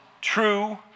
true